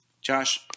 Josh